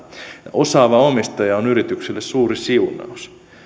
osaava omistaja on yritykselle suuri siunaus